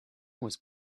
was